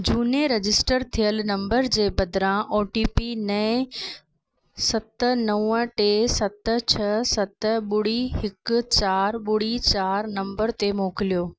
झूने रजिस्टर थियल नंबर जे बदिरां ओ टी पी नएं सत नवं टे सत छह सत ॿुड़ी हिकु चार ॿुड़ी चार नंबर ते मोकिलियो